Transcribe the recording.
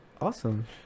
awesome